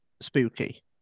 spooky